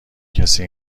کسی